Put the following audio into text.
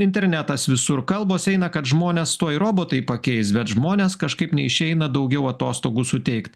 internetas visur kalbos eina kad žmones tuoj robotai pakeis bet žmonės kažkaip neišeina daugiau atostogų suteikt